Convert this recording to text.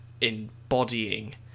embodying